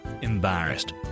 embarrassed